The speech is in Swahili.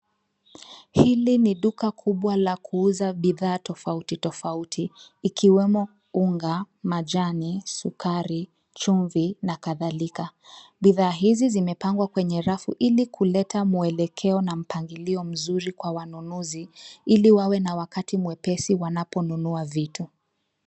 Hili ni duka kubwa la kuuza bidhaa tofauti tofauti , ikiwemo unga, majani, sukari, chumvi, na kadhalika. Bidhaa hizi zimepangwa kwenye rafu ili kuleta mwelekeo na mpangilio mzuri kwa wanunuzi, ili wawe na wakati mwepesi wanaponunua vitu.